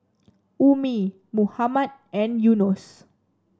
Ummi Muhammad and Yunos